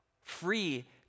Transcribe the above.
free